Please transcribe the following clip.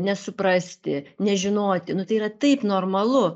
nesuprasti nežinoti nu tai yra taip normalu